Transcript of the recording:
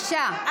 בבקשה,